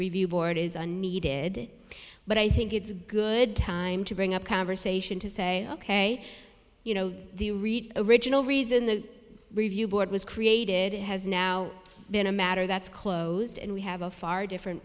review board is a needed but i think it's a good time to bring up conversation to say ok you know original reason the review board was created has now been a matter that's closed and we have a far different